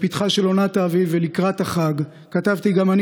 בפתחה של עונת האביב ולקראת החג כתבתי גם אני